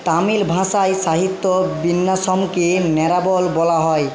তামিল ভাষায় সাহিত্য বিন্যাসোমকে নেরাবল বলা হয়